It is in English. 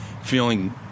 feeling